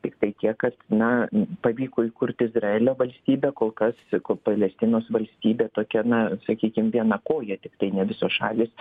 tiktai tiek kad na pavyko įkurti izraelio valstybę kol kas kol palestinos valstybė tokia na sakykim viena koja tiktai ne visos šalys